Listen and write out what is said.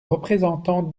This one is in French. représentants